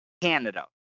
Canada